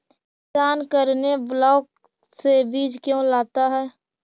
किसान करने ब्लाक से बीज क्यों लाता है?